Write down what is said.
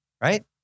Right